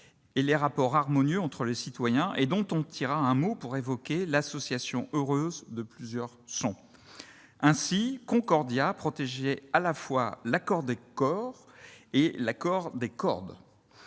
et aux rapports harmonieux entre les citoyens et dont on tira un mot évoquant l'association heureuse de plusieurs sons. Ainsi, Concordia protégeait à la fois l'accord des coeurs et l'accord des cordes.